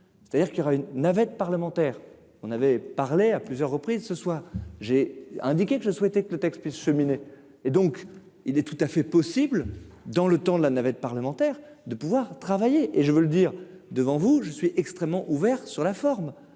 c'est-à-dire qu'il y aura une navette parlementaire, on avait parlé à plusieurs reprises ce soir j'ai indiqué que je souhaitais que le texte puisse cheminer et donc il est tout à fait possible dans le temps de la navette parlementaire de pouvoir travailler et je veux le dire devant vous, je suis extrêmement ouvert sur la forme,